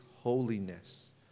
holiness